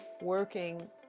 working